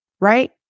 right